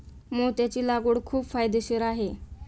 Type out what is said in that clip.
मोत्याची लागवड खूप फायदेशीर आहे